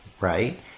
right